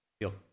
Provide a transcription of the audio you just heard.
feel